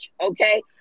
Okay